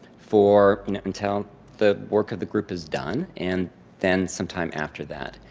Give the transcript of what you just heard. for until the work of the group is done, and then, sometime after that.